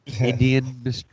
Indian